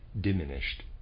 diminished